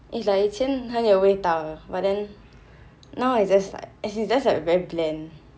it's like 以前很有味道的 but then now is just like as in it's just like very bland